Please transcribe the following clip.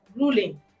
ruling